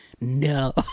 no